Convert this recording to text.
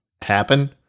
happen